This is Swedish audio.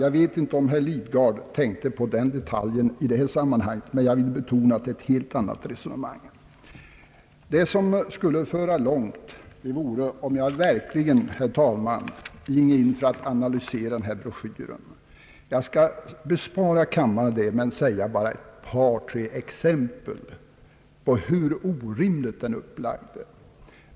Jag vet inte om herr Lidgard nu tänkte på den detaljen, men jag vill betona att det gällde ett helt annat resonemang. Det som skulle föra mycket långt, herr talman, vore om jag verkligen ginge in för att analysera denna broschyr. Jag skall bespara kammaren detta men ändock ange ett par tre exempel på hur orimligt den är upplagd.